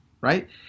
right